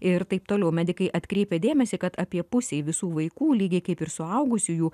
ir taip toliau medikai atkreipia dėmesį kad apie pusei visų vaikų lygiai kaip ir suaugusiųjų